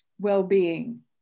well-being